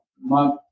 month